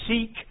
Seek